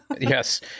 Yes